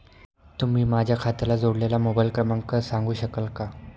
तुम्ही माझ्या खात्याला जोडलेला मोबाइल क्रमांक सांगू शकाल का?